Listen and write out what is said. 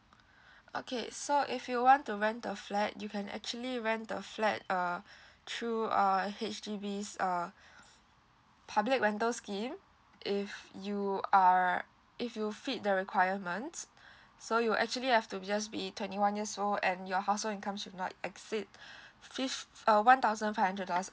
okay so if you want to rent the flat you can actually rent the flat uh through err H_D_B's err public rental scheme if you are if you fit the requirements so you actually have to be just be twenty one years old and your household income should not exceed fifth uh one thousand five hundred dollars